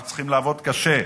אנחנו צריכים לעבוד קשה,